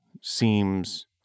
seems